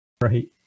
Right